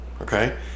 okay